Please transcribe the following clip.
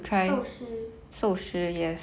寿司